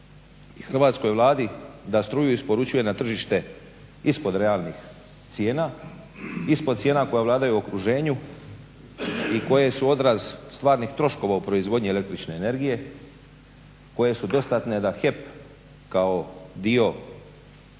hrvatskoj Vladi da struju isporučuje na tržište ispod realnih cijena, ispod cijena koje vladaju u okruženju i koje su odraz stvarnih troškova u proizvodnji električne energije koje su dostatne da HEP kao dio